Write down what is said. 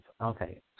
Okay